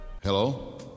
Hello